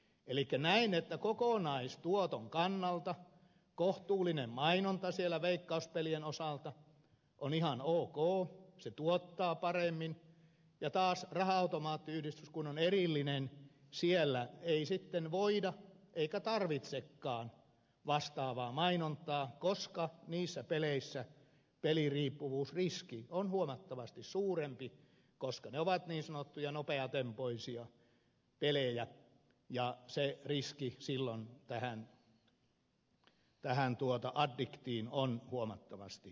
elikkä näen että kokonaistuoton kannalta kohtuullinen mainonta veikkauspelien osalta on ihan ok se tuottaa paremmin kun taas raha automaattiyhdistyksessä kun se on erillinen ei sitten voisi eikä tarvitsekaan olla vastaavaa mainontaa koska niissä peleissä peliriippuvuusriski on huomattavasti suurempi koska ne ovat niin sanottuja nopeatempoisia pelejä ja se riski silloin tähän addiktioon on huomattavasti suurempi